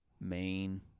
main